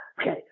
Okay